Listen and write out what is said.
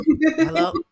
Hello